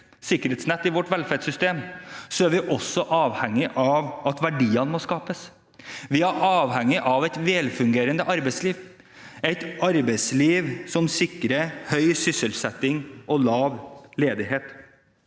sikkerhetsnett i vårt velferdssystem er vi også avhengig av at verdiene skapes. Vi er avhengig av et velfungerende arbeidsliv, et arbeidsliv som sikrer høy sysselsetting og lav ledighet.